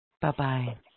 Bye-bye